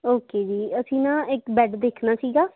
okay ਜੀ ਅਸੀਂ ਨਾ ਇੱਕ ਬੈੱਡ ਦੇਖਣਾ ਸੀਗਾ